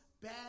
bad